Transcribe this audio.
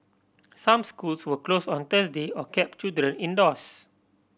some schools were close on Thursday or kept children indoors